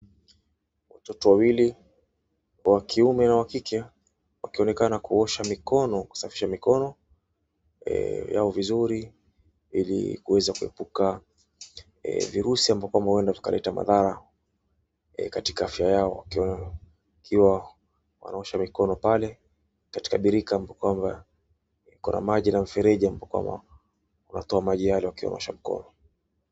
Watoto wawili, wa kiume na wa kike wakionekana kuosha mikono, kusafisha mikono yao vizuri ili kuweza kuepuka virusi, ambapo huenda vikaleta madhara katika afya yao wakiwa wanaosha mikono pale katika birika ambapo kwamba iko na maji na mfereji ambapo inatoa maji yale yakiwaosha mikono.